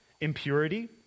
impurity